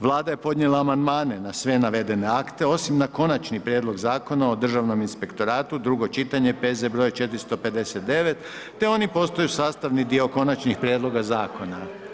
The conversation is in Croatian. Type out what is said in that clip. Vlada je podnijela amandmane na sve navedene akte, osim na Konačni prijedlog Zakona o državnom inspektoratu, II. čitanje, PZ broj 459., te oni postaju sastavni dio Konačnih prijedloga Zakona.